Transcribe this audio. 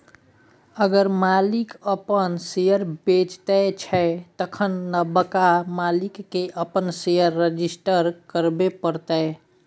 अगर मालिक अपन शेयर बेचै छै तखन नबका मालिक केँ अपन शेयर रजिस्टर करबे परतै